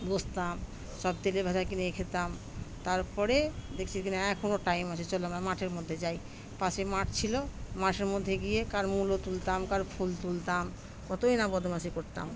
বসতাম সব তেলেভাজা কিনে খেতাম তারপরে দেখছি কিনা এখনও টাইম আছে চলো আমরা মাঠের মধ্যে যাই পাশে মাঠ ছিলো মাঠের মধ্যে গিয়ে কার মূলো তুলতাম কার ফুল তুলতাম কতই না বদমায়েশি করতাম